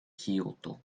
kyoto